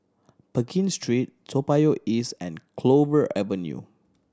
Pekin Street Toa Payoh East and Clover Avenue